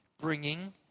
bringing